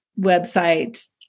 website